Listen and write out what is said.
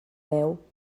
veu